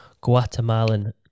Guatemalan